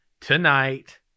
tonight